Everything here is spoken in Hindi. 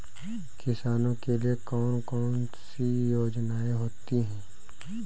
किसानों के लिए कौन कौन सी योजनायें होती हैं?